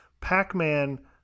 Pac-Man